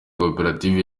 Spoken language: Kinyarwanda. koperative